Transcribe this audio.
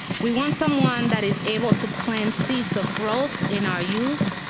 we want someone that is able to plant seeds of growth in our youth,